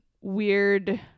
weird